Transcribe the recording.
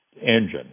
engine